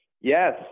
Yes